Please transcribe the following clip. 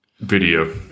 video